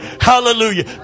Hallelujah